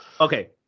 Okay